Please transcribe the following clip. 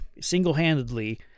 single-handedly